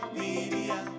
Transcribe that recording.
media